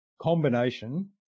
combination